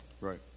Right